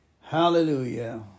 Hallelujah